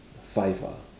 five ah